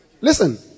Listen